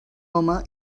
home